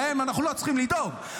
להם אנחנו לא צריכים לדאוג,